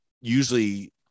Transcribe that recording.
usually